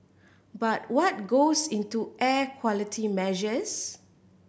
but what goes into air quality measures